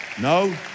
No